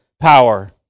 power